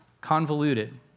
convoluted